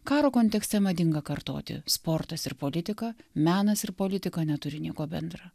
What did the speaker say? karo kontekste madinga kartoti sportas ir politika menas ir politika neturi nieko bendra